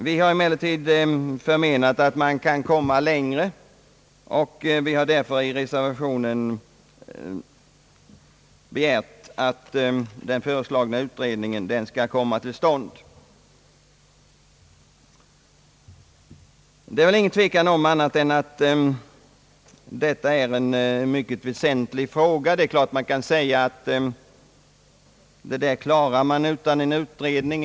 Vi har emellertid ansett att det går att komma längre, varför vi hemställt att den föreslagna utredningen skall komma till stånd. Det är ingen tvekan om att detta är en mycket väsentlig fråga. Naturligtvis kan det sägas att det går att bygga ut företagsdemokratin utan någon utredning.